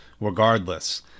regardless